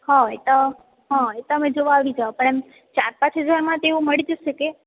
હ તો હ તમે જોવા આવી જાઓ પણ એમ ચાર પાંચ હજારમાં તેવું મળી જશે કે